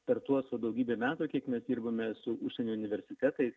per tuos va daugybę metų kiek mes dirbome su užsienio universitetais